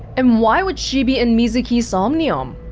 and why would she be in mizuki's somnium?